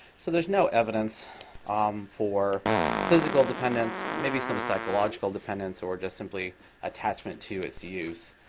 so there's no evidence for physical dependence, maybe some psychological dependence, or just simply attachment to its use.